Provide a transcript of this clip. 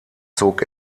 zog